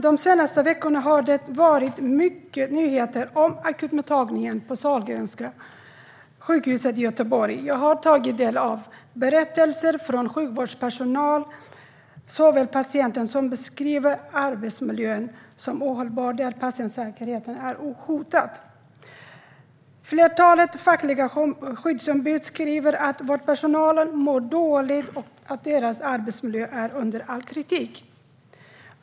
De senaste veckorna har det varit mycket nyheter om akutmottagningen på Sahlgrenska sjukhuset i Göteborg. Jag har tagit del av berättelser från såväl sjukvårdspersonal som patienter som beskriver arbetsmiljön som ohållbar och patientsäkerheten som hotad. Ett flertal fackliga skyddsombud skriver att vårdpersonalen mår dåligt och att arbetsmiljön är under all kritik.